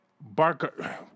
Barker